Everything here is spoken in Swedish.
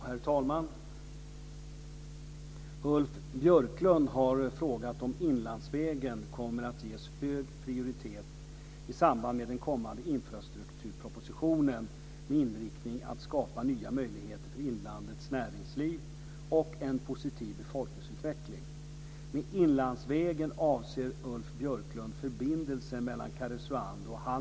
Herr talman! Ulf Björklund har frågat om Inlandsvägen kommer att ges hög prioritet i samband med den kommande infrastrukturpropositionen med inriktningen att skapa nya möjligheter för inlandets näringsliv och en positiv befolkningsutveckling.